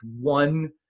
one